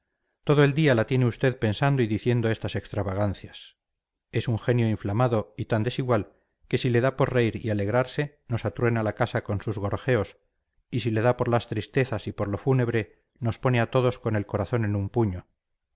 todo el día la tiene usted pensando y diciendo estas extravagancias es un genio inflamado y tan desigual que si le da por reír y alegrarse nos atruena la casa con sus gorjeos y si le da por las tristezas y por lo fúnebre nos pone a todos con el corazón en un puño